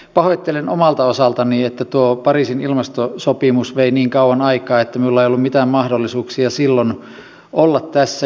pahoittelen omalta osaltani että tuo pariisin ilmastosopimus vei niin kauan aikaa että minulla ei ollut mitään mahdollisuuksia silloin olla tässä